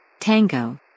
Tango